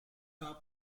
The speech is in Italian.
cup